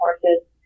horses